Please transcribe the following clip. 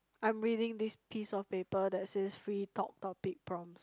I'm reading this piece of paper that says free talk topic prompts